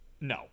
No